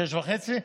ב-18:30?